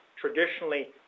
traditionally